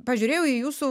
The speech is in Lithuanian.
pažiūrėjau į jūsų